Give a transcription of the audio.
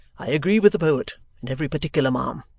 i agree with the poet in every particular, ma'am.